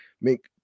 make